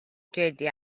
جدی